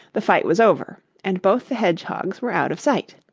the fight was over, and both the hedgehogs were out of sight